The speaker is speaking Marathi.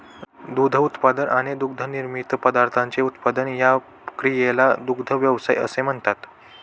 दूध उत्पादन आणि दुग्धनिर्मित पदार्थांचे उत्पादन या क्रियेला दुग्ध व्यवसाय असे म्हणतात